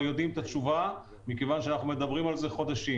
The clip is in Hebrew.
יודעים את התשובה מכיוון שאנחנו מדברים על זה כבר חודשים